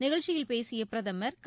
நிகழ்ச்சியில் பேசிய பிரதமா்